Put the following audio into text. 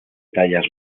tallas